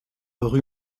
rue